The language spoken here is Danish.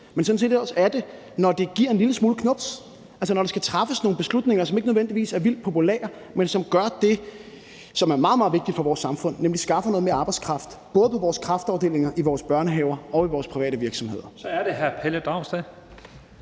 men sådan set også er med, når det giver en lille smule knubs, altså når der skal træffes nogle beslutninger, som ikke nødvendigvis er vildt populære, men som gør det, som er meget, meget vigtigt for vores samfund, nemlig skaffer noget mere arbejdskraft til både vores kræftafdelinger, vores børnehaver og vores private virksomheder. Kl. 11:27 Første